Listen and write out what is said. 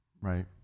right